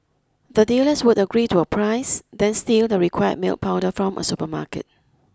the dealers would agree to a price then steal the required milk powder from a supermarket